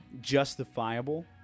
justifiable